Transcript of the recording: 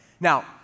Now